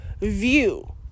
view